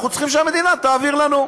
אנחנו צריכים שהמדינה תעביר לנו.